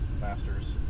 masters